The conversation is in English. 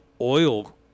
oil